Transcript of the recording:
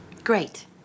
Great